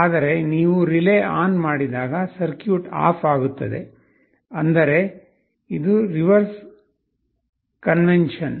ಆದರೆ ನೀವು relay on ಮಾಡಿದಾಗ ಸರ್ಕ್ಯೂಟ್ ಆಫ್ ಆಗುತ್ತದೆ ಅಂದರೆ ಇದು ರಿವರ್ಸ್ ಕನ್ವೆನ್ಷನ್